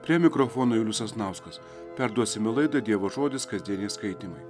prie mikrofono julius sasnauskas perduosime laida dievo žodis kasdieniai skaitymai